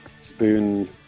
spoon